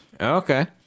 okay